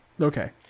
Okay